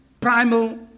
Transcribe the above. primal